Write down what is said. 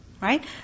right